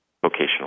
vocational